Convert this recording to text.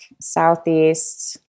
Southeast